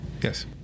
Yes